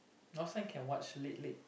last time can watch late late